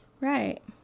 Right